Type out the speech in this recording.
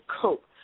cope